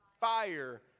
fire